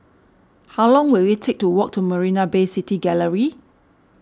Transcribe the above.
how long will it take to walk to Marina Bay City Gallery